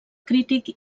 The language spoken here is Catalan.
crític